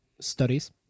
studies